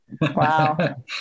Wow